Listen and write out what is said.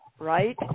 Right